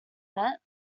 met